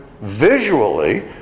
visually